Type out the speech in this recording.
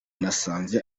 nasanze